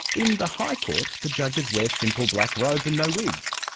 in the high court, the judges wear simple black robes and no wigs,